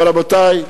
אבל, רבותי,